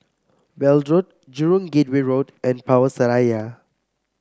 Weld Road Jurong Gateway Road and Power Seraya